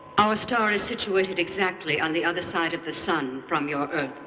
our star is situated exactly on the other side of the sun from your earth.